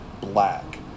black